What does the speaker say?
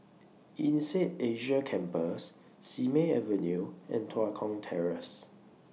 Insead Asia Campus Simei Avenue and Tua Kong Terrace